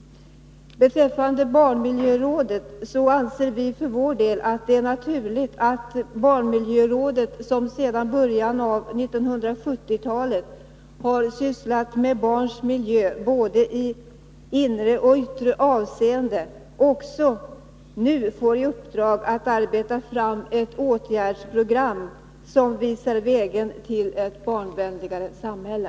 Beträffande barnmiljörådet anser vi för vår del att det är naturligt att barnmiljörådet, som sedan början av 1970-talet har sysslat med barns miljö i inre och yttre avseende, också nu får i uppdrag att utarbeta ett åtgärdsprogram som visar vägen till ett barnvänligare samhälle.